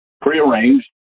prearranged